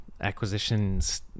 acquisitions